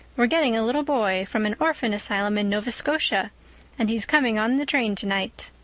we're getting a little boy from an orphan asylum in nova scotia and he's coming on the train tonight.